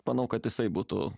manau kad jisai būtų